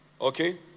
Okay